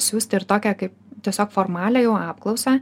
siųsti ir tokią kaip tiesiog formalią jau apklausą